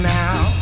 now